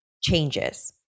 changes